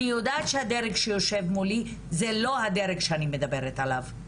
אני יודעת שהדרג שיושב מולי זה לא הדרג שאני מדברת עליו,